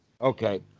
Okay